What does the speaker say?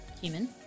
human